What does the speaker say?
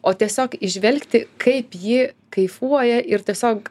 o tiesiog įžvelgti kaip ji kaifuoja ir tiesiog